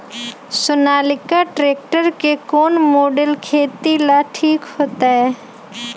Sonalika tractor के कौन model खेती ला ठीक होतै?